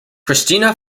kristina